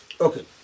Okay